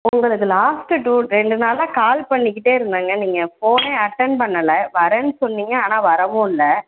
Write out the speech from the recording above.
உங்களுக்கு last two ரெண்டு நாளாக கால் பண்ணிக்கிட்டே இருந்தேங்க நீங்கள் ஃபோனே அட்டன் பண்ணலை வர்றேன்னு சொன்னீங்க ஆனால் வரவும் இல்லை